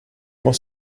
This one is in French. grand